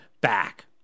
back